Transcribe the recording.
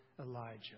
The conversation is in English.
Elijah